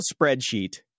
spreadsheet